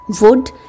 Wood